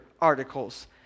articles